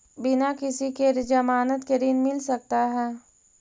बिना किसी के ज़मानत के ऋण मिल सकता है?